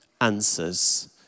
answers